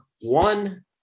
one